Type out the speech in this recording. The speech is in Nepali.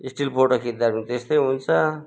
स्टिल फोटो खिँच्दा पनि त्यस्तै हुन्छ